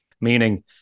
Meaning